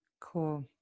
Cool